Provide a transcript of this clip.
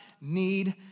need